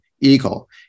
eagle